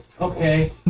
Okay